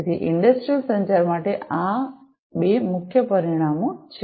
તેથી ઇંડસ્ટ્રિયલ સંચાર માટે આ બે મુખ્ય પરિમાણો છે